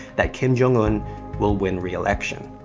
that kim jong-un will win reelection.